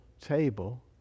table